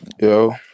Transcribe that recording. Yo